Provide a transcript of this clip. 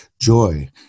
joy